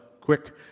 quick